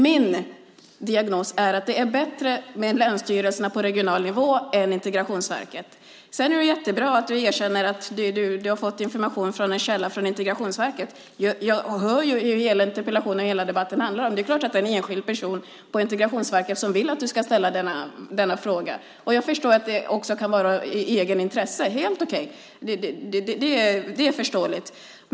Min diagnos är att det fungerar bättre med länsstyrelserna på regional nivå än med Integrationsverket. Det är jättebra att du erkänner att du har fått informationen från en källa på Integrationsverket. Jag hör ju vad hela interpellationen och debatten handlar om. Det är klart att det är en enskild person på Integrationsverket som vill att du ska ställa denna fråga. Jag förstår att det kan vara i eget intresse, och det är helt okej. Det är förståeligt.